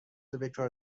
بکار